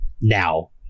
now